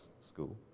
School